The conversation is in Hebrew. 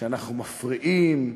שאנחנו מפריעים,